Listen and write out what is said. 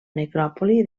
necròpoli